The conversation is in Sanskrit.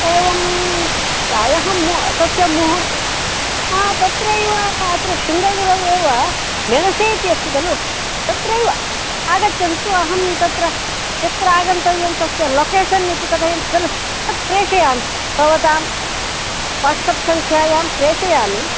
एवं प्रायः मु तस्य मुहुर्तं आम् तत्रैव अत्र श्रुङ्गगिरौ एव मेणसे इति अस्ति खलु तत्रैव आगच्छन्तु अहं तत्र यत्र आगन्तव्यं तस्य लोकेशन् इति कथयन्ति खलु तत्प्रेषयामि भवतां वाट्सप् सङ्ख्यायां प्रेषयामि